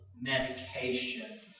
Medication